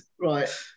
Right